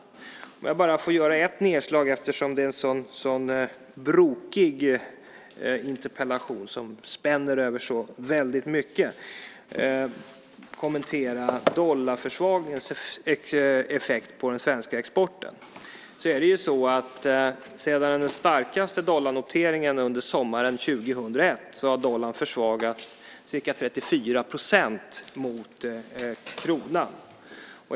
Jag ska göra ett nedslag - det är ju en så brokig interpellation som spänner över så väldigt mycket - och kommentera dollarförsvagningens effekt på den svenska exporten. Det är ju så att sedan den starkaste dollarnoteringen under sommaren 2001 har dollarn försvagats ca 34 % mot kronan.